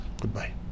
goodbye